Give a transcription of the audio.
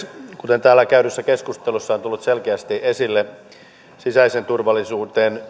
kuten täällä käydyssä keskustelussa on on tullut selkeästi esille sisäiseen turvallisuuteen